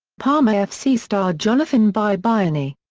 parma f c. star jonathan biabiany.